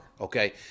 okay